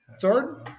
Third